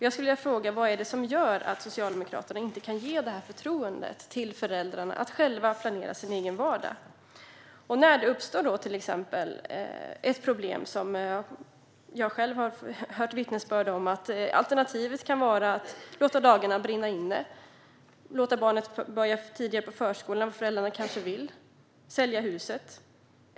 Jag skulle vilja fråga vad det är som gör att Socialdemokraterna inte kan ge förtroendet till föräldrarna att själva planera sin egen vardag. Jag har själv fått höra vittnesmål om att alternativet kan vara att låta barnet börja tidigare på förskolan än vad föräldrarna kanske vill och så brinner föräldradagarna inne. Man kan bli tvungen att sälja huset.